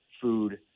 food